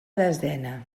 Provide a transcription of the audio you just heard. desena